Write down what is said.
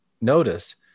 notice